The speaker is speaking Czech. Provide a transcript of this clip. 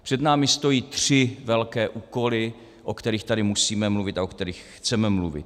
Před námi stojí tři velké úkoly, o kterých tady musíme mluvit a o kterých chceme mluvit.